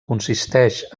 consisteix